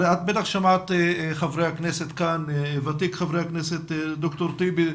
הרי את בטח שמעת את ותיק חברי הכנסת, ד"ר טיבי,